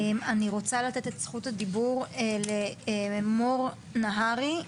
אני רוצה לתת את זכות הדיבור למור נהרי,